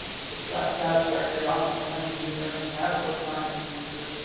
so satisfactory optical engineer, an adequate science manager,